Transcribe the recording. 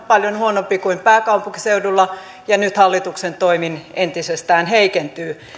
paljon huonompi kuin pääkaupunkiseudulla ja nyt hallituksen toimin entisestään heikentyy